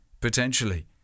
potentially